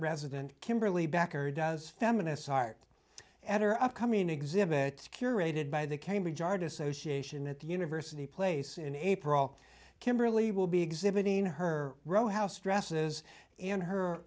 resident kimberly bakker does feminists art at her upcoming exhibit curated by the cambridge our dissociation at the university place in april kimberley will be exhibiting her rowhouse dresses and her